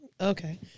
Okay